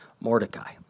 Mordecai